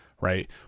Right